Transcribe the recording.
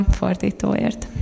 fordítóért